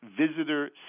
Visitor